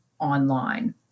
online